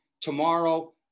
tomorrow